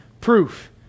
proof